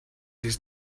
his